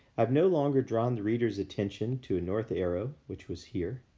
i've no longer drawn the readers attention to a north arrow, which was here.